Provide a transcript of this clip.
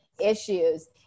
issues